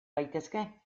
gaitezke